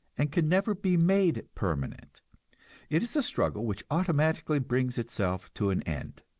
and can never be made permanent it is a struggle which automatically brings itself to an end.